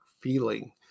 feeling